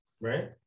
right